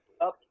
up